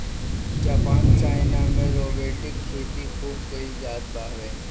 Japan China में robotic खेती खूब कईल जात हवे